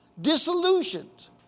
disillusioned